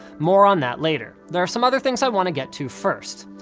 more on that later there are some other things i want to get to first.